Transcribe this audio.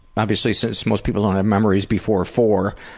obviously since most people don't have memories before four,